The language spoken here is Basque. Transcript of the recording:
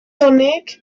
honek